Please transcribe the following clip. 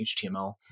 HTML